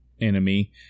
enemy